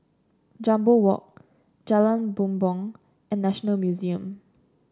Jambol Walk Jalan Bumbong and National Museum